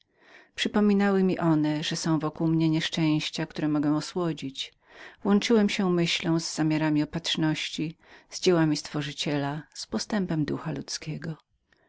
przypominały mi one że były około mnie nieszczęścia które mogłem osłodzić łączyłem się myślą z zamiarami opatrzności z dziełami ręki stworzyciela z postępem ducha ludzkiego